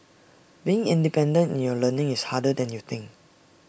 being independent in your learning is harder than you think